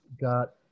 got